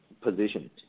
positioned